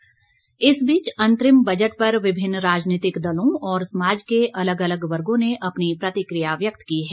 budget प्रतिक्रिया इस बीच अंतरिम बजट पर विभिन्न राजनीतिक दलों और समाज के अलग अलग वर्गो ने अपनी प्रतिक्रिया व्यक्त की है